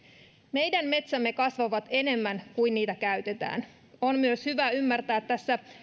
meidän metsämme kasvavat enemmän kuin niitä käytetään on myös hyvä ymmärtää tässä